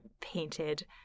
painted